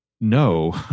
no